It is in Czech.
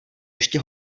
ještě